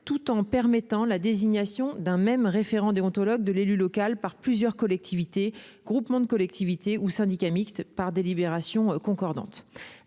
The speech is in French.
tout en permettant la désignation d'un même référent par plusieurs collectivités, groupements de collectivités ou syndicats mixtes, par délibérations concordantes.